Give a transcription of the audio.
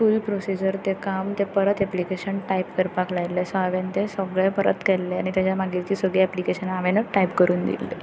फूल procedure तें काम तें परत एप्लिकेशन टायप करपाक लायलें सो हांवें तें सगळें परत केल्लें आनी ताज्या मागिरचीं सगळीं एप्लिकेशनां हांवेंनूच टायप करून दिल्लीं